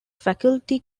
faculty